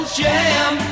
jam